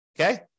Okay